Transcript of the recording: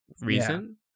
reason